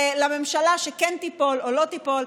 לממשלה שכן תיפול או לא תיפול,